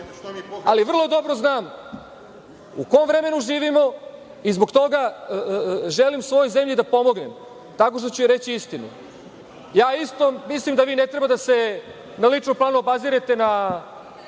ali vrlo dobro znam u kom vremenu živimo i zbog toga želim svojoj zemlji da pomognem tako što ću joj reći istinu. Isto mislim da ne treba da se na ličnom planu obazirate na